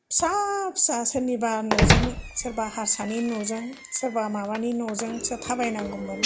फिसा फिसा सोरनिबा न'जों सोरबा हारसानि न'जों सोरबा माबानि न'जोंसो थाबाय नांगौमोन